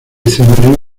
escenario